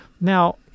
Now